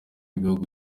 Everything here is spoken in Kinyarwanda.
ibihugu